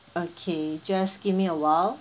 okay just give me awhile